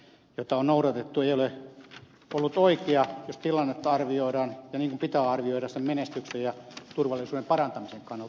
toimintalinja afganistanissa jota on noudatettu ei ole ollut oikea jos tilannetta arvioidaan niin kuin pitää arvioida sen menestyksen ja turvallisuuden parantamisen kannalta